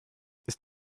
ist